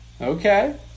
Okay